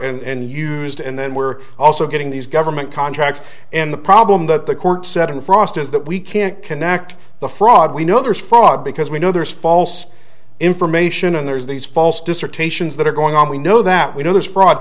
for and used and then we're also getting these government contracts and the problem that the court set in frost is that we can't connect the fraud we know there's fraud because we know there's false information and there's these false dissertations that are going on we know that we know there's fraud